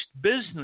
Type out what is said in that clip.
business